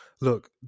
Look